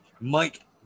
Mike